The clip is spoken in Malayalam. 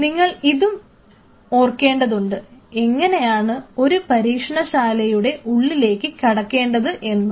പിന്നെ നിങ്ങൾക്ക് ഇതും ഓർമ്മയുണ്ടാവും എങ്ങനെയാണ് ഒരു പരീക്ഷണശാലയുടെ ഉള്ളിലേക്ക് കടക്കേണ്ടത് എന്ന്